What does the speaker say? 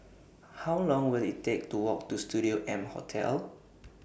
How Long Will IT Take to Walk to Studio M Hotel